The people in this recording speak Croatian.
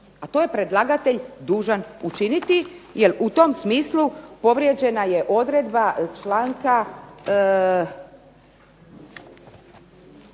a to je predlagatelj dužan učiniti jer u tom smislu povrijeđena je odredba članka